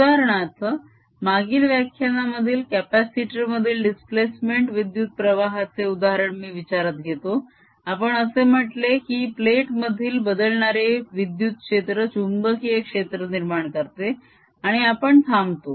उदाहरणार्थ मागील व्याख्यानामधील कप्यासिटर मधील दिस्प्लेसमेंट विद्युतप्रवाहाचे उदाहरण मी विचारात घेतो आपण असे म्हटले की प्लेट मधील बदलणारे विद्युत क्षेत्र चुंबकीय क्षेत्र निर्माण करते आणि आपण थांबतो